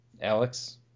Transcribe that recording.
Alex